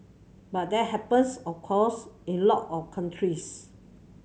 but that happens of course in a lot of countries